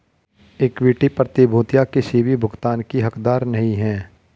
equity प्रतिभूतियां किसी भी भुगतान की हकदार नहीं हैं